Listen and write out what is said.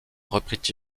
reprit